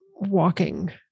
walking